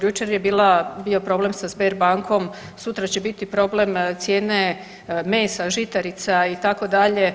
Jučer je bio problem sa Sberbankom, sutra će biti problem cijene mesa, žitarica itd.